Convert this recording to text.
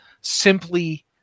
simply